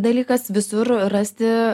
dalykas visur rasti